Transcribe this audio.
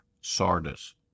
Sardis